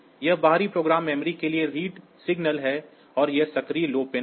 यह बाहरी program memory के लिए रीड सिग्नल है और यह सक्रिय लो पिन है